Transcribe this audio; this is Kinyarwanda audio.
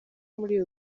muri